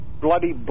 bloody